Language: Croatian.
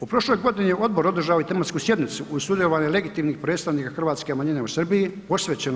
U prošlo godini je odbor održao i tematsku sjednicu uz sudjelovanje legitimnih predstavnika hrvatske manjine u Srbiji posvećenu